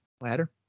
Ladder